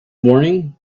morning